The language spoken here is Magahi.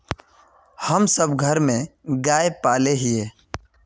हम सब घर में गाय पाले हिये?